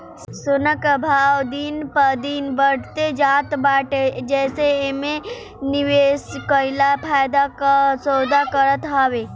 सोना कअ भाव दिन प दिन बढ़ते जात बाटे जेसे एमे निवेश कईल फायदा कअ सौदा रहत हवे